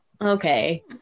Okay